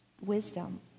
wisdom